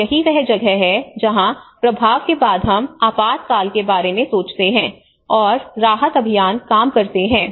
और यही वह जगह है जहां प्रभाव के बाद हम आपातकाल के बारे में सोचते हैं और राहत अभियान काम करते हैं